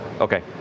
okay